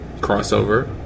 crossover